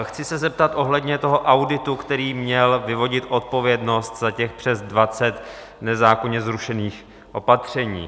Chci se zeptat ohledně auditu, který měl vyvodit odpovědnost za těch přes dvacet nezákonně zrušených opatření.